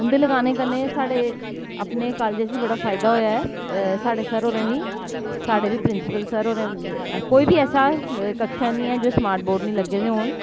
उं'दे लगाने कन्नै साढ़े अपने कॉलेज च बड़ा फायदा होआ ऐ साढ़े सर होरें बी साढ़े प्रिंसीपल सर होरें बी कोई बी ऐसी कक्षा निं ऐ जेह्दे च स्मार्ट बोर्ड लग्गे दे निं होन